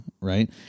Right